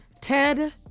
Ted